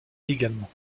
également